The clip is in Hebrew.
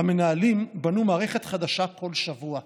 המנהלים בנו מערכת חדשה כל שבוע.